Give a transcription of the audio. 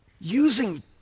Using